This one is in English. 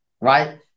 right